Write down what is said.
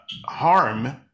harm